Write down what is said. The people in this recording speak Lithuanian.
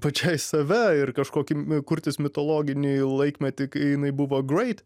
pačiai save ir kažkokį kurtis mitologinį laikmetį kai jinai buvo great